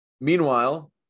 Meanwhile